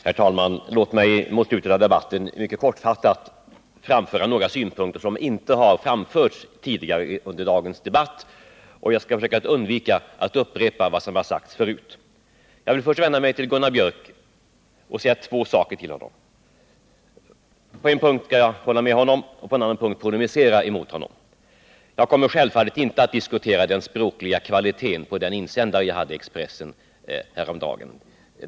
Herr talman! Låt mig i slutet av debatten mycket kortfattat framföra några synpunkter som inte har framförts tidigare under diskussionen. Jag skall försöka undvika att upprepa vad som har sagts förut. Jag vill först vända mig till Gunnar Biörck i Värmdö och säga två saker till honom. På en punkt skall jag hålla med honom och på en annan punkt polemisera mot honom. Jag kommer självfallet inte att diskutera den språkliga kvaliteten på den insändare jag hade i Expressen häromdagen.